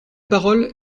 parole